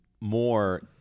more